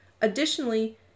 Additionally